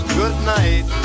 goodnight